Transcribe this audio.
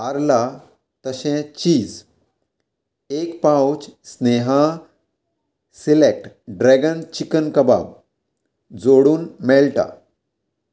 आर्ला तशें चीज एक pouch Sneha select dragon chicken कबाब जोडून मेळटा